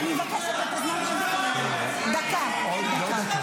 --- אני מבקשת את הזמן שלי, דקה, דקה.